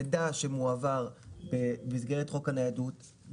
מידע שמועבר במסגרת חוק הניידות,